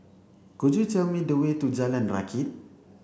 could you tell me the way to Jalan Rakit